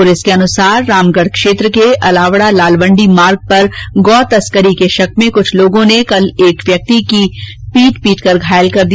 police के अनुसार रामगढ क्षेत्र के अलावडा लालवंडी मार्ग पर गौतस्करी के शक में कुछ लोगों ने कल एक व्यक्ति को पीट पीट कर घायल कर दिया